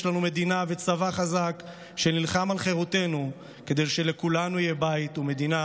יש לנו מדינה וצבא חזק שנלחם על חירותנו כדי שלכולנו יהיה בית ומדינה,